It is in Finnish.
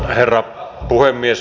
herra puhemies